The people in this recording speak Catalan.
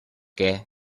què